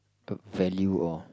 value or